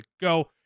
go